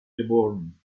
geboren